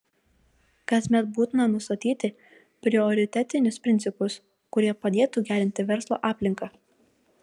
kasmet būtina nustatyti prioritetinius principus kurie padėtų gerinti verslo aplinką